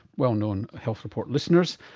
well known health report listeners.